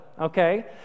okay